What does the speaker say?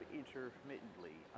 intermittently